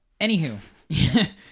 Anywho